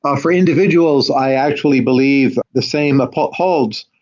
ah for individuals, i actually believe the same upholds,